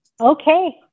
Okay